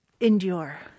endure